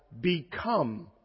become